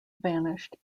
vanished